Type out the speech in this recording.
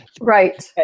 Right